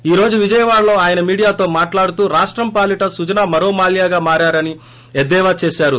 ఈ రోజు విజయవాడలో ఆయన మీడియాతో మాట్లాడుతూ రాష్టం పాలిట సుజనా మరో మాల్యాగా మారారని ఎద్దేవా చేశారు